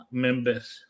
members